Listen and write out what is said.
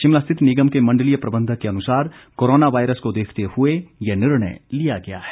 शिमला स्थित निगम के मंडलीय प्रबंधक के अनुसार कोरोना वायरस को देखते हुए ये निर्णय लिया गया है